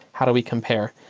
how do we compare?